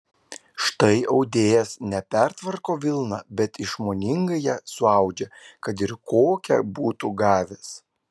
štai audėjas ne pertvarko vilną bet išmoningai ją suaudžia kad ir kokią būtų gavęs